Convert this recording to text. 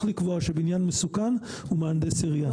לקבוע שבניין הוא מסוכן הוא מהנדס עירייה.